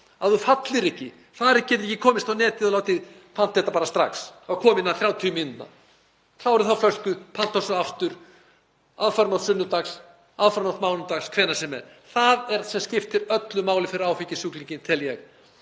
að þú fallir ekki, getir ekki komist á netið og látið panta þetta bara strax og komið innan 30 mínútna, klárað þá flösku, pantað svo aftur aðfaranótt sunnudags, aðfaranótt mánudags, hvenær sem er. Það skiptir öllu máli fyrir áfengissjúklinginn, tel ég.